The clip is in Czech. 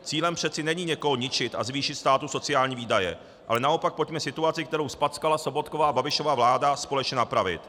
Cílem přece není někoho ničit a zvýšit státu sociální výdaje, ale naopak pojďme situaci, kterou zpackala Sobotkova a Babišova vláda společně napravit.